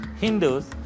Hindus